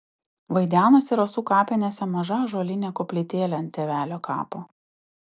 vaidenasi rasų kapinėse maža ąžuolinė koplytėlė ant tėvelio kapo